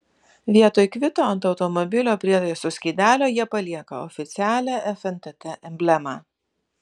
vietoj kvito ant automobilio prietaisų skydelio jie palieka oficialią fntt emblemą